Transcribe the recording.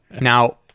Now